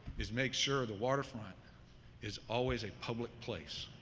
is make sure the water front is always a public place.